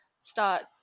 start